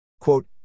Quote